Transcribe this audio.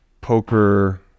poker